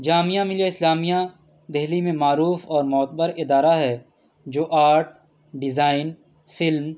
جامعہ ملّیہ اسلامیہ دہلی میں معروف اور معتبر ادارہ ہے جو آرٹ ڈیزائن فلم